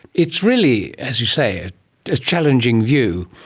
it's really, as you say, a challenging view.